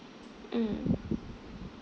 mm